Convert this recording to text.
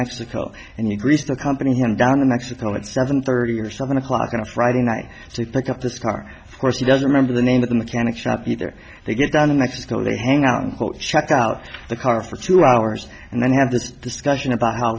mexico and he greased the company him down in mexico at seven thirty or seven o'clock on a friday night to pick up this car course he doesn't remember the name of the mechanic shop either they get done in mexico they hang out check out the car for two hours and then have this discussion about how